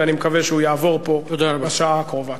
ואני מקווה שהוא יעבור פה בשעה הקרובה.